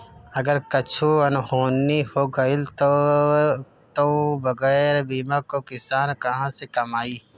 अगर कुछु अनहोनी हो गइल तब तअ बगैर बीमा कअ किसान कहां से कमाई